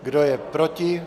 Kdo je proti?